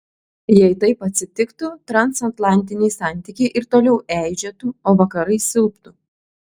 jei taip atsitiktų transatlantiniai santykiai ir toliau eižėtų o vakarai silptų